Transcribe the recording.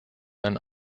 ein